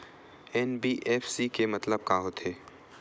NBFC के मतलब का होथे?